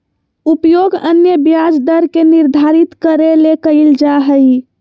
उपयोग अन्य ब्याज दर के निर्धारित करे ले कइल जा हइ